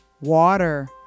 Water